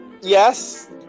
yes